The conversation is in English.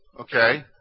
Okay